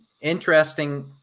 interesting